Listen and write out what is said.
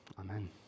Amen